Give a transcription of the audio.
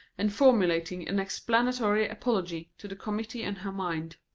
and formulating an explanatory apology to the committee in her mind.